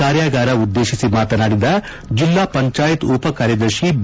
ಕಾರ್ಯಾಗಾರ ಉದ್ದೇಶಿಸಿ ಮಾತನಾಡಿದ ಜಿಲ್ಲಾ ಪಂಚಾಯತ್ ಉಪಕಾರ್ಯದರ್ಶಿ ಬಿ